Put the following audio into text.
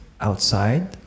outside